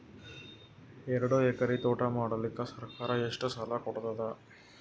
ಎರಡು ಎಕರಿ ತೋಟ ಮಾಡಲಿಕ್ಕ ಸರ್ಕಾರ ಎಷ್ಟ ಸಾಲ ಕೊಡತದ?